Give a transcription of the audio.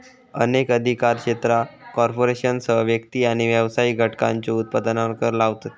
अनेक अधिकार क्षेत्रा कॉर्पोरेशनसह व्यक्ती आणि व्यावसायिक घटकांच्यो उत्पन्नावर कर लावतत